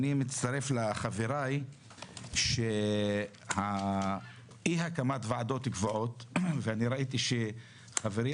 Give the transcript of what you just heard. אני מצטרף לחבריי שאמרו שאי הקמת ועדות קבועות וראיתי שחברי